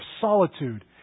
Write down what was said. solitude